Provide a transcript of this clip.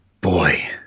boy